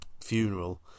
funeral